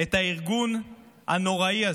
את הארגון הנוראי הזה.